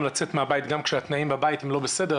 לצאת מהבית גם כשהתנאים בבית לא בסדר,